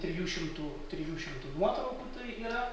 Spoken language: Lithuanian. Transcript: trijų šimtų trijų šimtų nuotraukų tai yra